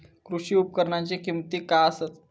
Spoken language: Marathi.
कृषी उपकरणाची किमती काय आसत?